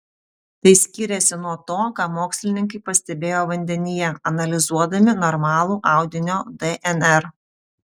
tai skyrėsi nuo to ką mokslininkai pastebėjo vandenyje analizuodami normalų audinio dnr